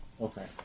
Okay